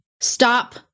stop